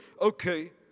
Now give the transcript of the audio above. okay